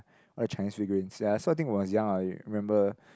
all the Chinese figurines ya so I think when I was young I remember